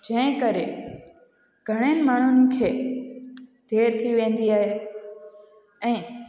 जंहिं करे घणनि माण्हुनि खे देर थी वेंदी आहे ऐं